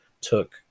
took